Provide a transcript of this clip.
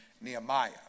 Nehemiah